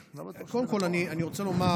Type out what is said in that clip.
קודם כול אני רוצה לומר